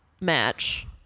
match